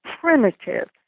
primitive